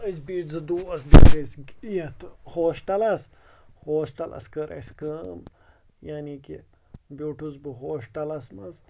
أسۍ بیٖٹھۍ زٕ دوس یَتھ ہوسٹَلَس ہوسٹَلَس کٔر اَسہِ کٲم یعنے کہِ بیوٗٹُھس بہٕ ہوسٹَلَس مَنز